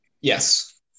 Yes